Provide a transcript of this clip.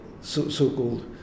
so-called